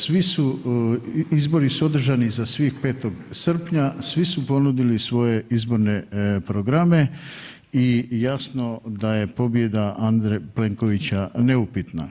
Svi su, izbori su održani za svih 5. srpnja, svi su ponudili svoje izborne programe i jasno da je pobjeda Andreja Plenkovića neupitna.